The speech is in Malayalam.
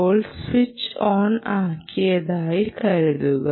ഇപ്പോൾ സ്വിച്ച് ഓൺ ആക്കിയതായി കരുതുക